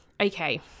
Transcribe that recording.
okay